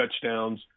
touchdowns